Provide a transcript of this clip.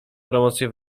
promocję